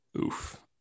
Oof